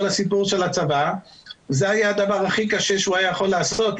הסיפור של הצבא זה היה הדבר הכי קשה שהוא היה צריך לעשות,